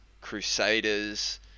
crusaders